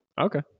Okay